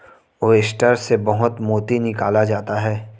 oyster से बहुत मोती निकाला जाता है